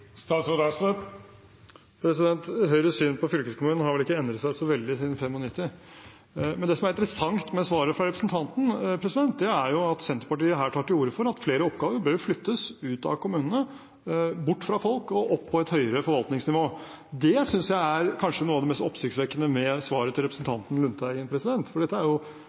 Høyres syn på fylkeskommunen har vel ikke endret seg så veldig siden 1995. Men det som er interessant med svaret fra representanten, er at Senterpartiet her tar til orde for at flere oppgaver bør flyttes ut av kommunene, bort fra folk og opp på et høyere forvaltningsnivå. Det synes jeg kanskje er noe av det mest oppsiktsvekkende med svaret til representanten Lundteigen. Dette er